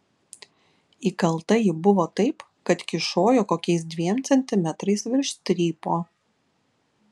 įkalta ji buvo taip kad kyšojo kokiais dviem centimetrais virš strypo